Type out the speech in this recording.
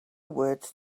words